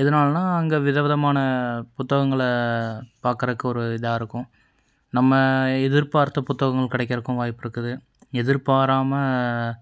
எதனாலனா அங்கே வித விதமான புத்தகங்களை பாக்கறதுக்கு ஒரு இதாக இருக்கும் நம்ம எதிர்பார்த்த புத்தகங்களும் கெடைக்கிறதுக்கும் வாய்ப்பிருக்குது எதிர்பாராமல்